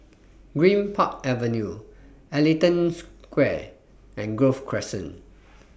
Greenpark Avenue Ellington Square and Grove Crescent